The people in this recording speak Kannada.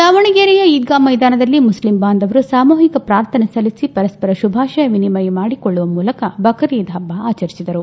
ದಾವಣಗೆರೆಯ ಈದ್ಗಾ ಮೈದಾನದಲ್ಲಿ ಮುಸ್ಲಿಂ ಬಾಂಧವರು ಸಾಮೂಹಿಕ ಪ್ರಾರ್ಥನೆ ಸಲ್ಲಿಸಿ ಪರಸ್ಪರ ಶುಭಾಶಯ ವಿನಿಮಯ ಮಾಡಿಕೊಳ್ಳುವ ಮೂಲಕ ಬಕ್ರೀದ್ ಪಬ್ಲ ಆಚರಿಸಿದರು